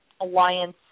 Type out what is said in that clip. alliance